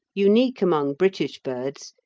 unique among british birds,